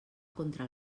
contra